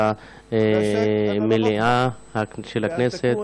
במליאת הכנסת.